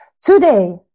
Today